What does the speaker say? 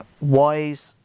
wise